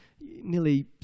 nearly